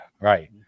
right